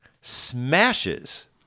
smashes